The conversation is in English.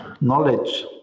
Knowledge